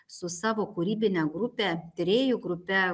su savo kūrybine grupe tyrėjų grupe